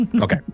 Okay